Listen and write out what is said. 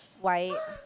White